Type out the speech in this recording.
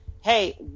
Hey